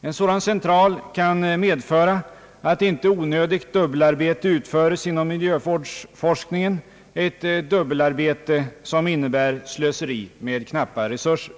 En sådan central kan medföra att inte onödigt dubbelarbete utföres inom miljövårdsforskningen, ett dubbelarbete som innebär slöseri med knappa resurser.